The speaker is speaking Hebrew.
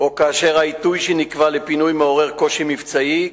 או כאשר העיתוי שנקבע לפינוי מעורר קושי מבצעי,